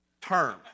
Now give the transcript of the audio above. term